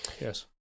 yes